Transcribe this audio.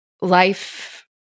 life